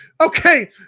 Okay